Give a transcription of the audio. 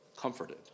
comforted